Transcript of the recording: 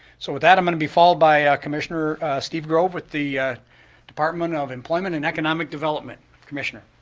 so with that, i'm going to be followed by commissioner steve grove with the department of employment and economic development. commissioner?